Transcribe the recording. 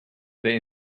they